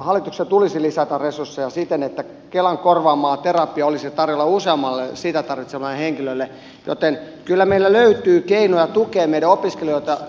hallituksen tulisi lisätä resursseja siten että kelan korvaamaa terapiaa olisi tarjolla useammalle sitä tarvitsevalle henkilölle joten kyllä meillä löytyy keinoja tukea meidän opiskelijoitamme